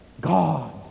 God